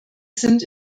sind